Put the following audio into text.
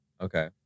Okay